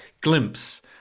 Glimpse